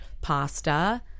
pasta